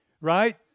right